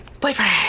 boyfriend